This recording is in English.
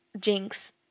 Jinx